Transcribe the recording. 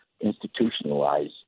institutionalized